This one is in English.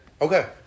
Okay